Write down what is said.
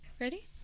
Ready